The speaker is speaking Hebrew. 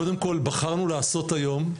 קודם כל בחרנו לעשות היום,